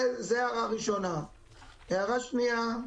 הערה שנייה,